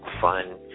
fun